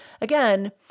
again